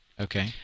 Okay